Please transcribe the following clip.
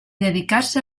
dedicarse